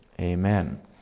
amen